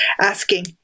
asking